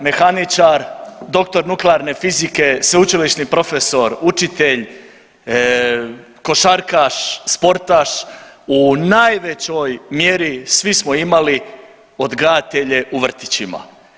mehaničar, dr. nuklearne fizike, sveučilišni profesor, učitelj, košarkaš, sportaš, u najvećoj mjeri svi smo imali odgajatelje u vrtićima.